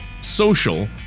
social